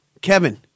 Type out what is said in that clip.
Kevin